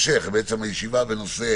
שהישיבה בנושא